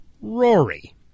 Rory